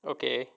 okay